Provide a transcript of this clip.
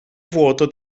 vuoto